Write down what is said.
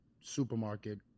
supermarket